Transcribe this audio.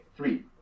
Three